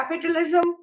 capitalism